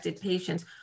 patients